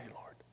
Lord